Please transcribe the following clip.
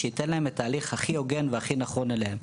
יהיה לאנשים ההליך הכי הוגן והכי נכון להם.